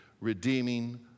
redeeming